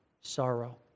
sorrow